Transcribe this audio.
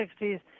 1960s